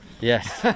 Yes